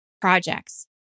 projects